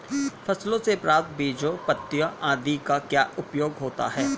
फसलों से प्राप्त बीजों पत्तियों आदि का क्या उपयोग होता है?